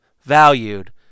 Valued